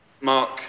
Mark